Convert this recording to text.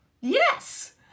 Yes